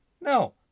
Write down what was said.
No